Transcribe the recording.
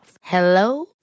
Hello